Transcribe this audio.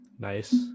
Nice